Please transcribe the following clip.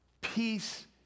peace